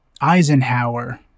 Eisenhower